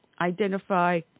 identify